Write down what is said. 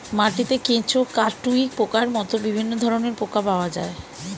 মাটিতে কেঁচো, কাটুই পোকার মতো বিভিন্ন ধরনের পোকা পাওয়া যায়